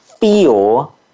feel